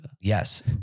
Yes